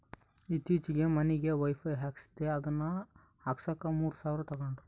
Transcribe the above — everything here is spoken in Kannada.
ಈತ್ತೀಚೆಗೆ ಮನಿಗೆ ವೈಫೈ ಹಾಕಿಸ್ದೆ ಅದನ್ನ ಹಾಕ್ಸಕ ಮೂರು ಸಾವಿರ ತಂಗಡ್ರು